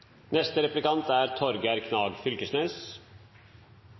Neste replikant er